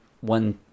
One